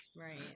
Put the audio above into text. Right